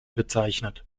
bezeichnet